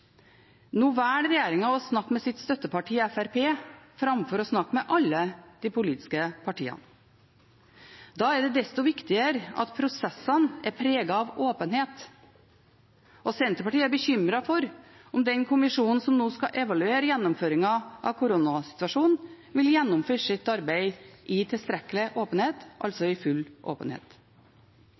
Nå velger regjeringen å snakke med sitt støtteparti, Fremskrittspartiet, framfor å snakke med alle de politiske partiene. Da er det desto viktigere at prosessene er preget av åpenhet. Senterpartiet er bekymret for om den kommisjonen som nå skal evaluere gjennomføringen av koronasituasjonen, vil gjennomføre sitt arbeid i tilstrekkelig åpenhet, altså i full åpenhet.